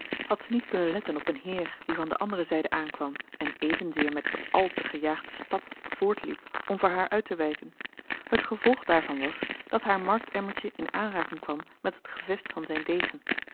had ze niet kunnen letten op een heer die van de andere zijde aankwam en evenzeer met wat al te gejaagden stap voortliep om voor haar uit te wijken het gevolg daarvan was dat haar marktemmertje in aanraking kwam met het gevest van zijn degen